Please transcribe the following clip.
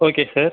okay sir